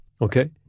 Okay